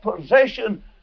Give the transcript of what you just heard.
possession